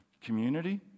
Community